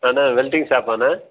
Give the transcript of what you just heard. Anna welding ஷாப்பாண்ணா